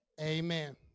Amen